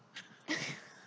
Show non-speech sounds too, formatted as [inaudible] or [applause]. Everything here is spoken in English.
[laughs]